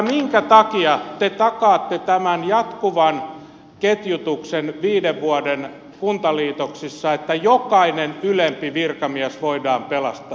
minkä takia te takaatte tämän jatkuvan ketjutuksen viiden vuoden kuntaliitoksissa että jokainen ylempi virkamies voidaan pelastaa